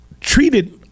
treated